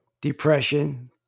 depression